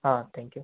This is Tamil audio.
ah thank you